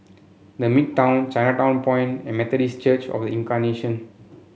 The Midtown Chinatown Point and Methodist Church Of The Incarnation